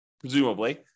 presumably